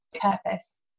purpose